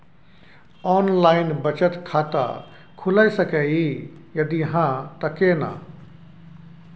Online बचत खाता खुलै सकै इ, यदि हाँ त केना?